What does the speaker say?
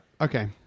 okay